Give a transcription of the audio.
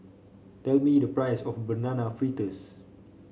tell me the price of Banana Fritters